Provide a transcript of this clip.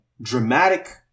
dramatic